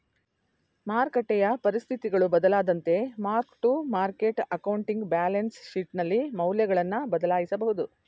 ಮಾರಕಟ್ಟೆಯ ಪರಿಸ್ಥಿತಿಗಳು ಬದಲಾದಂತೆ mark to market accounting balance ಶೀಟ್ನಲ್ಲಿ ಮೌಲ್ಯಗಳನ್ನು ಬದಲಾಯಿಸಬಹುದು